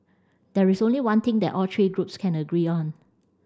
there is only one thing that all three groups can agree on